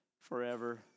forever